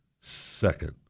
second